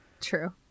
true